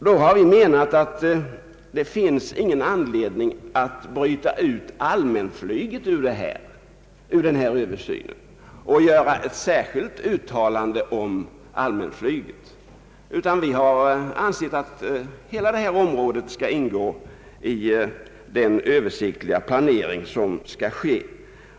Utskottet har ansett att det inte finns anledning att bryta ut allmänflyget ur den här översynen, utan hela luftfartsområdet måste ingå i den översiktliga planering som bör ske.